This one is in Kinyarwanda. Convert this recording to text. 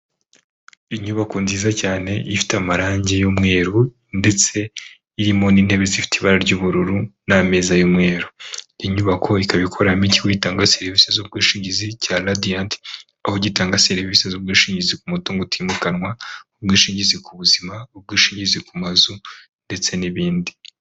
Inyubako nziza cyane ifite amarangi y'umweru ndetse irimo n'intebe zifite ibara ry'ubururu n'ameza y'umweru, iyi inyubako ikaba ikoreramo ikigo gitanga serivisi z'ubwishingizi cya Radiant aho gitanga serivisi z'ubwishingizi ku mutungo utimukanwa, ubwishingizi ku buzima, ubwishingizi ku mazu ndetse n'ibindi.